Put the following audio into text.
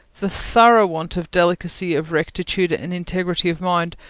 the thorough want of delicacy, of rectitude, and integrity of mind,